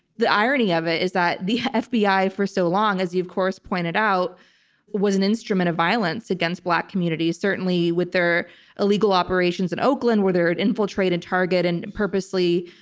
the irony of it is that the fbi for so long, as you, of course, pointed out was an instrument of violence against black communities, certainly with their illegal operations at oakland, where they're infiltrated target and purposely